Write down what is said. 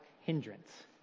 hindrance